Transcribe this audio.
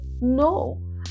No